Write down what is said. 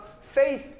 faith